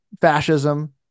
fascism